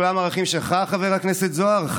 אפשר היה למנוע את הבחירות האלה ולעשות פה מעשה